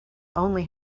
only